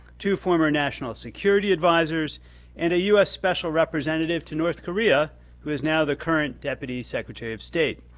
two former national security advisors and a u s. special representative to north korea who is now the current deputy secretary of state.